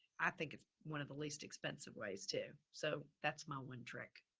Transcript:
i think it's one of the least expensive ways to, so that's my one trick.